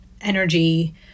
energy